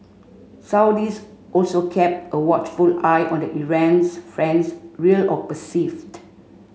Saudis also kept a watchful eye on the Iran's friends real or perceived